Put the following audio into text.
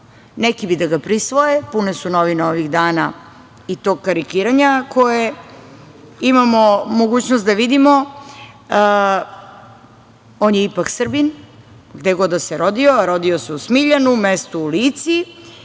Neki bi da ga prisvoje. Pune su novine ovih dana i tog karikiranja koje imamo mogućnost da vidimo. On je ipak Srbin, gde god da se rodio, a rodio se u Smiljanu, mesto u Lici,